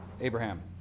Abraham